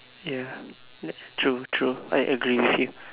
ya true true I agree with you